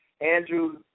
Andrew